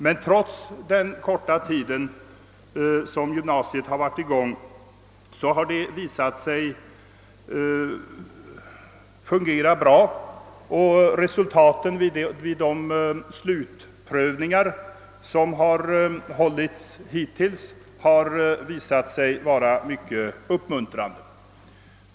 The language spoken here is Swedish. Men trots den korta tid som gymnasiet har varit i gång har det visat sig fungera bra och resultaten vid de slutprövningar som hittills hållits har varit mycket uppmuntrande.